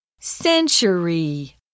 Century